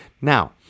Now